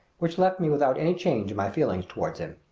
which left me without any change in my feelings toward him.